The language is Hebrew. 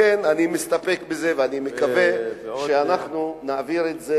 לכן אני מסתפק בזה ואני מקווה שאנחנו נעביר את זה